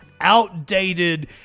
outdated